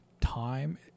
time